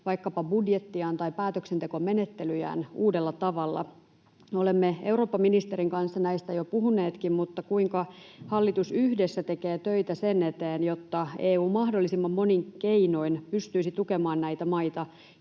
vaikkapa budjettiaan tai päätöksentekomenettelyjään uudella tavalla. Olemme eurooppaministerin kanssa näistä jo puhuneetkin, mutta kuinka hallitus yhdessä tekee töitä sen eteen, että EU mahdollisimman monin keinoin pystyisi tukemaan näitä maita,